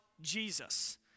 Jesus